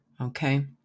Okay